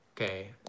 Okay